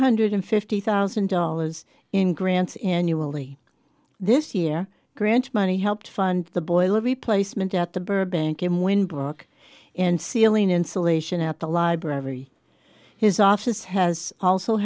hundred fifty thousand dollars in grants annually this year grant money helped fund the boiler replacements at the burbank him when book and ceiling insulation at the library his office has also